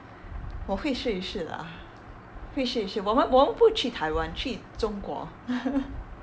我会试一试 lah 会试一试我们我们不去台湾去中国